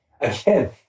again